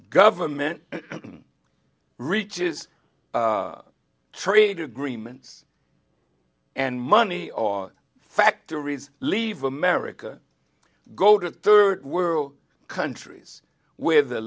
government reaches trade agreements and money or factories leave america go to third world countries where the